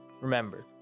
remember